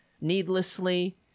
needlessly